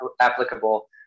applicable